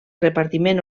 repartiment